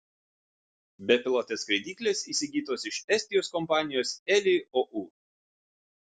bepilotės skraidyklės įsigytos iš estijos kompanijos eli ou